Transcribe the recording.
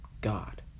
God